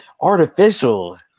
Artificial